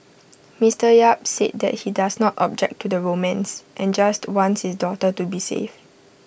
Mister yap said that he does not object to the romance and just wants his daughter to be safe